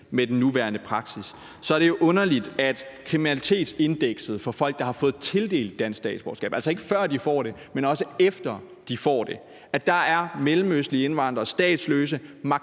med den nuværende praksis, er det jo underligt, at i kriminalitetsstatistikkerne over folk, der har fået tildelt dansk statsborgerskab, altså ikke før de får det, men også efter de har fået det, er mellemøstlige indvandrere og statsløse